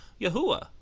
Yahuwah